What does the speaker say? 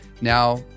Now